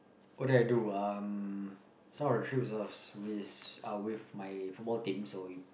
what do I do um some of the trips are are with uh with my football team so we